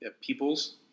peoples